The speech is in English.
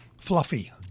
fluffy